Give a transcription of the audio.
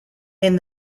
and